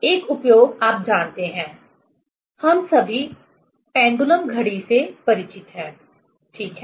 एक उपयोग आप जानते हैं हम सभी पेंडुलम घड़ी से परिचित हैं ठीक है